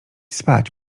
spać